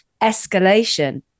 escalation